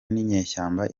n’inyeshyamba